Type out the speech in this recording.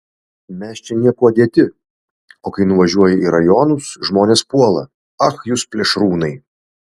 mes čia niekuo dėti o kai nuvažiuoji į rajonus žmonės puola ach jūs plėšrūnai